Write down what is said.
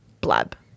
blab